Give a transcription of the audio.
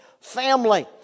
family